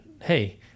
hey